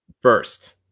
First